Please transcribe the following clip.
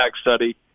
study